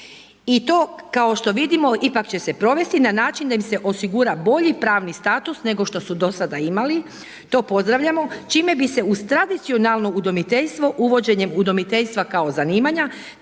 I to kao što vidimo ipak će se provesti na način da im se osigura bolji pravni status nego što su do sada imali, to pozdravljamo, čime bi se uz tradicionalno udomiteljstvo uvođenjem udomiteljstva kao zanimanja,